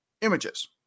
images